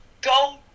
go